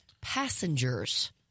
passengers